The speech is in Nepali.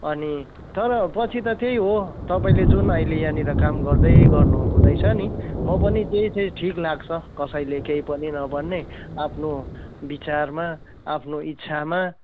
अनि तर पछि त्यही हो तपाईँले जुन अहिले यहाँनिर काम गर्दै गर्नु हुँदैछ नि म पनि त्यही चाहिँ ठिक लाग्छ कसैले केही पनि नभन्ने आफ्नो विचारमा आफ्नो इच्छमा